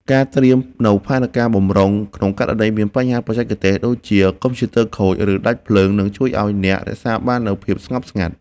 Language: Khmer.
ការត្រៀមនូវផែនការបម្រុង ក្នុងករណីមានបញ្ហាបច្ចេកទេស ដូចជាកុំព្យូទ័រខូច ឬដាច់ភ្លើង នឹងជួយឱ្យអ្នករក្សាបាននូវភាពស្ងប់ស្ងាត់។